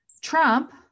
Trump